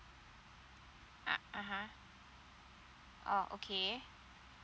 uh uh !huh! oh okay